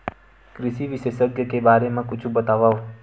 कृषि विशेषज्ञ के बारे मा कुछु बतावव?